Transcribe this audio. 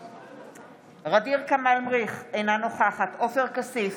בעד ע'דיר כמאל מריח, אינה נוכחת עופר כסיף,